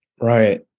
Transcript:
Right